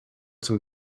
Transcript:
some